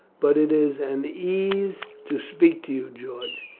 but it is an ease to speak to you, george.